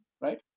right